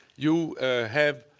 you have